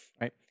Right